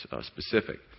specific